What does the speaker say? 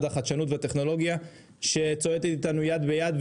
החדשנות והטכנולוגיה שצועדת איתנו יד ביד,